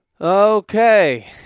Okay